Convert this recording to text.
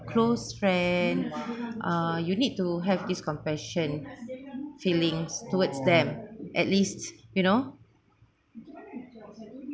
close friend uh you need to have this compassion feelings towards them at least you know